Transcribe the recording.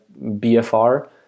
BFR